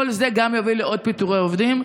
כל זה מביא לעוד פיטורי עובדים.